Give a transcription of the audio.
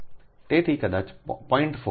તેથી કદાચ 0